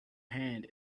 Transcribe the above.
hand